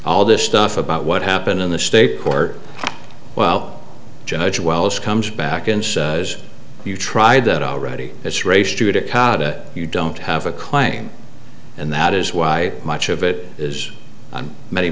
all this stuff about what happened in the state court well judge wells comes back and says you tried that already it's race judicata you don't have a claim and that is why much of it is on many